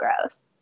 gross